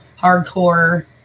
hardcore